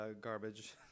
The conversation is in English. garbage